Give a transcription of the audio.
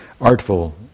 artful